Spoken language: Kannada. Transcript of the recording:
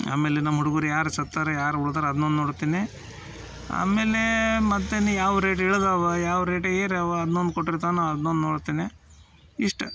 ಆಮೇಲೆ ನಮ್ಮ ಹುಡ್ಗರು ಯಾರು ಸತ್ತರೆ ಯಾರು ಉಳ್ದರೆ ಅದ್ನೊಂದು ನೋಡ್ತೀನಿ ಆಮೇಲೆ ಮತ್ತು ನೀನು ಯಾವ ರೇಟ್ ಇಳ್ದಿವೆ ಯಾವ ರೇಟ್ ಏರ್ಯಾವ ಅದ್ನೊಂದು ಕೊಟ್ಟಿರ್ತಾನೆ ಅದ್ನೊಂದು ನೋಡ್ತೇನೆ ಇಷ್ಟ